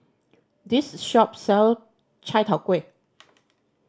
this shop sell chai tow kway